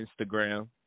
Instagram